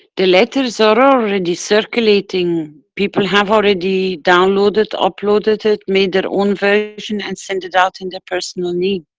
the letters are already circulating. people have already downloaded, uploaded it, made their own version and send it out in their personal name.